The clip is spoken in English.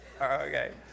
Okay